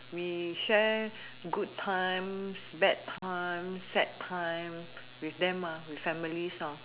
we share good times bad times sad times with them with families hor